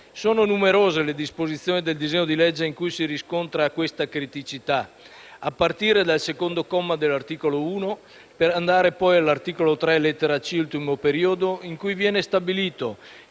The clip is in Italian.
Sono numerose le disposizioni del disegno di legge in cui si riscontra questa criticità, a partire dal secondo comma dell'articolo 1, per andare, poi, all'articolo 3, lettera *c)*, ultimo periodo, in cui viene stabilito